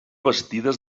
vestides